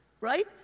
Right